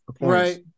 right